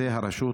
הרשות